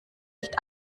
nicht